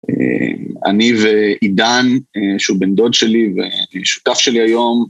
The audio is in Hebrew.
אני ועידן שהוא בן דוד שלי ושותף שלי היום